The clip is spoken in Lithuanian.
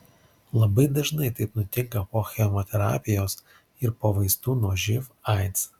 labai dažnai taip nutinka po chemoterapijos ir po vaistų nuo živ aids